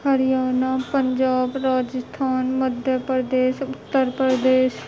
Haryana Punjab Rajasthan Madhya Pradesh Uttar Pradesh